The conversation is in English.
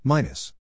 Minus